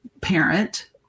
parent